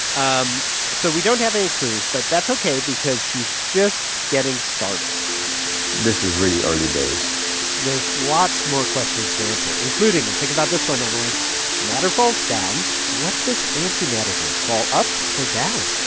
um so we don't have any clues, but that's ok because he's just getting started this is really early days there's lots more questions to answer, including and think about this one, emily matter falls down. what does antimatter do fall up or down?